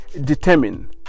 determine